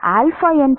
alpha என்றால் என்ன